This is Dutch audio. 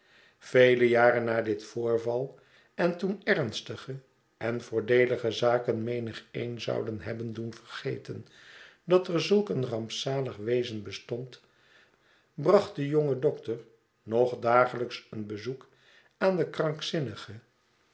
vele jaren na dit voorvat en toen ernstige en voordeelige zaken menigeen zouden hebben doen vergeten dat er zulk een rampzalig wezen bestond bracht de jonge dokter nogdagelijks een bezoek aan de krankzinnige